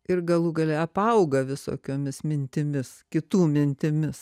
ir galų gale apauga visokiomis mintimis kitų mintimis